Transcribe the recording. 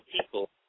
people